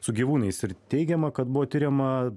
su gyvūnais ir teigiama kad buvo tiriama